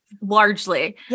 Largely